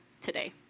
today